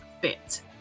fit